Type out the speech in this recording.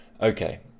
Okay